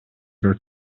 were